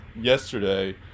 yesterday